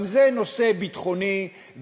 גם זה נושא ביטחוני,